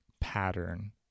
pattern